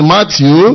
Matthew